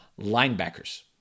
Linebackers